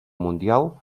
mundial